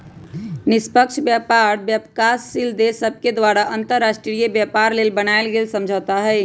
निष्पक्ष व्यापार विकासशील देश सभके द्वारा अंतर्राष्ट्रीय व्यापार लेल बनायल गेल समझौता हइ